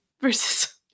versus